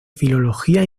filología